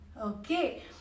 okay